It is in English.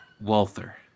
Walther